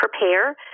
prepare